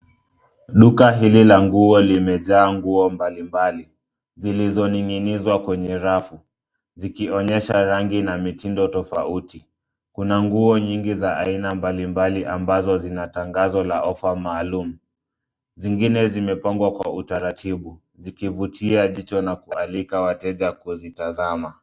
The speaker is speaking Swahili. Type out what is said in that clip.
Duka hili la nguo limejaa nguo mbalimbali zilizoninginizwa kwenye rafu zikionyesha rangi na mitindo tofauti. Kuna nguo nyingi za aina mbalimbali ambazo zina tangazo la offer maalum. Zingine zimepangwa kwa utaratibu zikivutia jicho nakualika wateja kuzitazama.